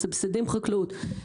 מסבסדים חקלאות,